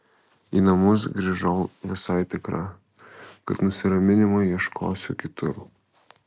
į namus grįžau visai tikra kad nusiraminimo ieškosiu kitur